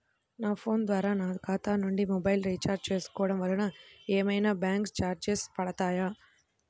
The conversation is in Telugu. నా ఫోన్ ద్వారా నా ఖాతా నుండి మొబైల్ రీఛార్జ్ చేసుకోవటం వలన ఏమైనా బ్యాంకు చార్జెస్ పడతాయా?